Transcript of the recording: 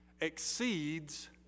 exceeds